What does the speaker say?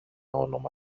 όνομα